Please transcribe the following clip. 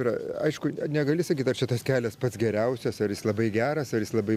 yra aišku negali sakyt ar čia tas kelias pats geriausias ar jis labai geras ar jis labai